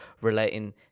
relating